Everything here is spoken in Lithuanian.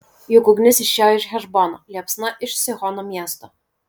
juk ugnis išėjo iš hešbono liepsna iš sihono miesto